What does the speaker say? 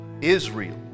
israel